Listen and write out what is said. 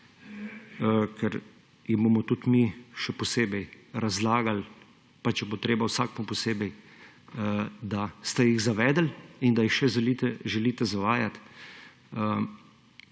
ker jim bomo tudi mi še posebej razlagali, pa če bo treba, vsakemu posebej, da ste jih zavedli in da jih še želite zavajati